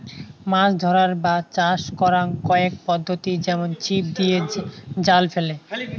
মাছ ধরার বা চাষ করাং কয়েক পদ্ধতি যেমন ছিপ দিয়ে, জাল ফেলে